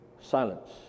silence